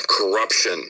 corruption